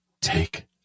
Take